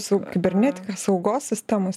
su kibernetika saugos sistemos